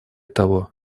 того